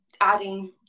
adding